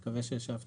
אני מקווה שהשבתי.